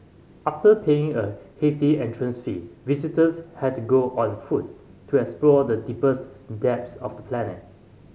after paying a hefty entrance fee visitors had to go on foot to explore the deepest depths of the planet